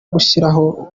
gushyiraho